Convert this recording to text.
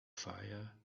fire